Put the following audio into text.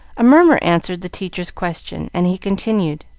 a murmur answered the teacher's question, and he continued,